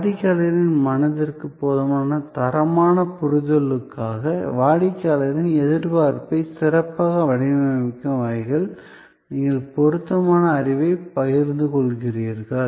வாடிக்கையாளர்களின் மனதிற்கு போதுமான தரமான புரிதலுக்காக வாடிக்கையாளரின் எதிர்பார்ப்பை சிறப்பாக வடிவமைக்கும் வகையில் நீங்கள் பொருத்தமான அறிவைப் பகிர்ந்து கொள்கிறீர்கள்